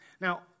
Now